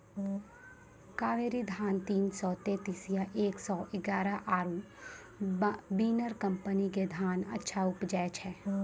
कावेरी धान तीन सौ तेंतीस या एक सौ एगारह आरु बिनर कम्पनी के धान अच्छा उपजै छै?